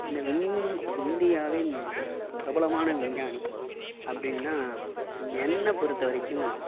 இந்த வின் இந்தியாவின் பிரபலமான விஞ்ஞானி அப்படினா என்னை பொருத்த வரைக்கும்